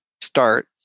start